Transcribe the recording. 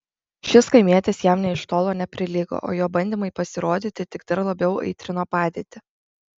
šis kaimietis jam nė iš tolo neprilygo o jo bandymai pasirodyti tik dar labiau aitrino padėtį